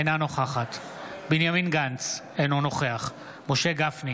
אינה נוכחת בנימין גנץ, אינו נוכח משה גפני,